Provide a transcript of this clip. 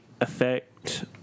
effect